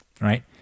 Right